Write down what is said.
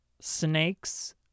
snakes